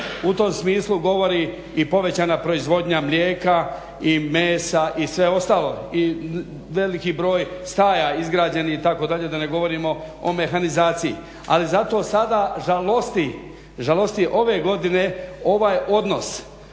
U tom smislu govori i povećana proizvodnja mlijeka i mesa i sve ostalo i veliki broj staja izgrađenih itd., da ne govorimo o mehanizaciji. Ali zato sada žalosti ove godine ovaj odnos,